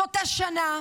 זאת שנה,